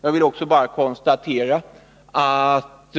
Jag vill också konstatera att